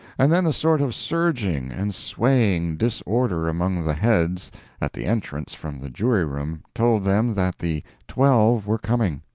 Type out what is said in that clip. and then a sort of surging and swaying disorder among the heads at the entrance from the jury-room told them that the twelve were coming.